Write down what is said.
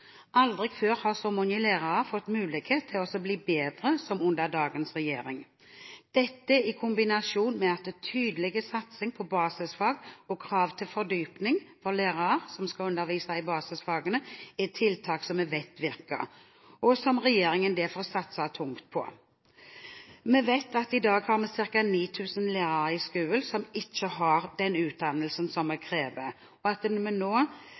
Aldri før har så mange lærere fått mulighet til å bli bedre som under dagens regjering. Dette – i kombinasjon med en tydelig satsing på basisfag og krav til fordyping for lærere som skal undervise i basisfagene – er tiltak som vi vet virker, og som regjeringen derfor satser tungt på. Vi vet at vi i dag har ca. 9 000 lærere i skolen som ikke har den utdannelsen vi krever, og når vi nå